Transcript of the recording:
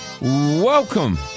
Welcome